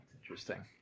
Interesting